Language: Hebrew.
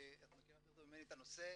ואת מכירה טוב ממני את הנושא,